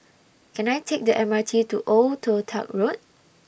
Can I Take The M R T to Old Toh Tuck Road